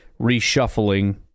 reshuffling